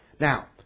Now